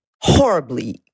horribly